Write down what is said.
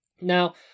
Now